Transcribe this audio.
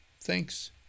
Thanks